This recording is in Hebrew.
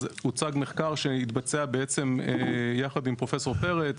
הוצג מחקר שהתבצע יחד עם פרופסור פרץ